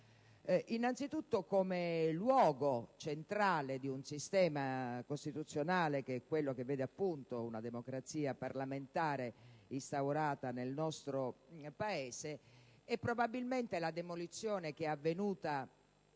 innanzitutto come luogo centrale di un sistema costituzionale che vede appunto una democrazia parlamentare instaurata nel nostro Paese. Probabilmente la demolizione avvenuta